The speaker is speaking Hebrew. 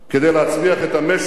אז תפתח